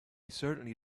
certainly